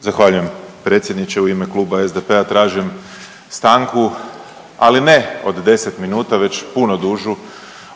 Zahvaljujem predsjedniče. U ime Kluba SDP-a tražim stanku, ali ne od 10 minuta već puno dužu,